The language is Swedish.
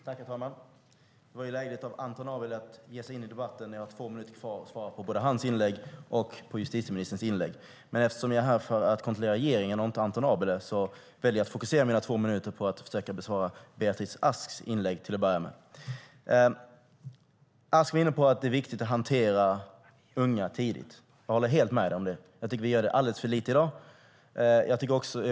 Herr talman! Det var ju lägligt av Anton Abele att ge sig in i debatten när jag har två minuter kvar att svara på både hans och justitieministerns inlägg. Eftersom jag är här för att kontrollera regeringen och inte Anton Abele väljer jag att till att börja med fokusera mina två minuter på att försöka besvara Beatrice Asks inlägg. Ask var inne på att det är viktigt att hantera unga tidigt. Jag håller helt med om det. Jag tycker att vi gör det alldeles för lite i dag.